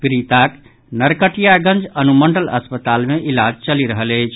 पीड़िताक नरकटियागंज अनुमंडल अस्पताल मे इलाज चलि रहल अछि